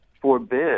forbid